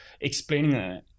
explaining